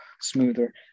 smoother